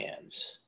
hands